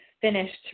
finished